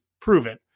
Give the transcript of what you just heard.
proven